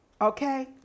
Okay